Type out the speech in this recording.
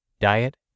diet